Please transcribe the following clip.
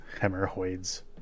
Hemorrhoids